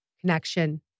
connection